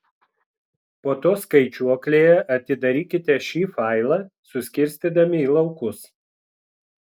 po to skaičiuoklėje atidarykite šį failą suskirstydami į laukus